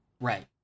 Right